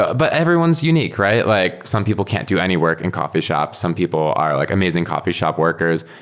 ah but everyone's unique, right? like some people can't do any work in coffee shop. some people are like amazing coffee shop workers.